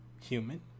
human